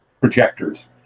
projectors